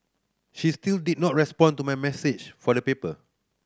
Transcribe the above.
she still did not respond to my message for the paper